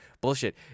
bullshit